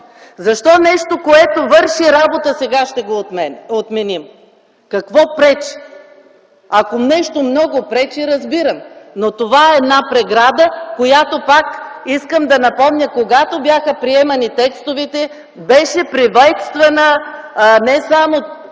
Защо нещо, което върши работа, сега ще го отменим? Какво пречи? Ако нещо много пречи, разбирам! Но това е една преграда, която, пак искам да напомня, че когато бяха приемани текстовете, беше приветствана не само